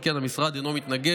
על כן המשרד אינו מתנגד